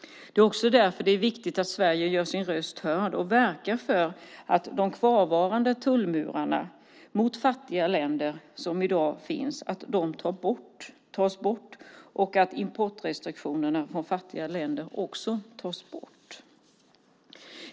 Det är också därför det är viktigt att Sverige gör sin röst hörd och verkar för att de kvarvarande tullmurarna mot fattiga länder tas bort och att importrestriktionerna för fattiga länder också tas bort.